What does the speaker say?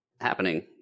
happening